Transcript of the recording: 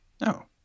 No